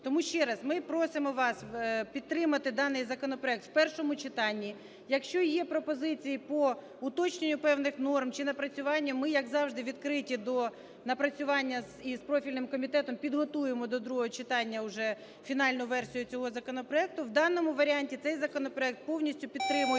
Тому ще раз, ми просимо вас підтримати даний законопроект у першому читанні. Якщо є пропозиції по уточненню певних норм чи напрацювання, ми, як завжди, відкриті до напрацювання із профільним комітетом, підготуємо до другого читання вже фінальну версію цього законопроекту. В даному варіанті цей законопроект повністю підтримується